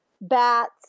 bats